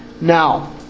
Now